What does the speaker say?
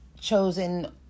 chosen